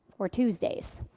or tuesdays,